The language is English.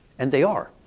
and they are.